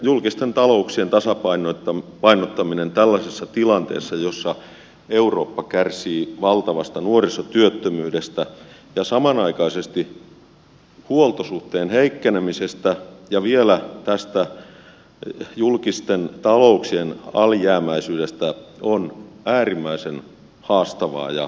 julkisten talouksien tasapainottaminen tällaisessa tilanteessa jossa eurooppa kärsii valtavasta nuorisotyöttömyydestä ja samanaikaisesti huoltosuhteen heikkenemisestä ja vielä tästä julkisten talouksien alijäämäisyydestä on äärimmäisen haastavaa ja tuskallista